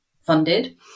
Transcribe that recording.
funded